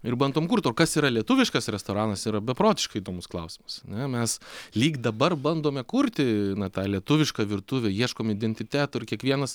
ir bandom kurt o kas yra lietuviškas restoranas yra beprotiškai įdomus klausimas ane mes lyg dabar bandome kurti tą lietuvišką virtuvę ieškom identiteto ir kiekvienas